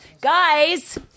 Guys